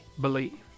believe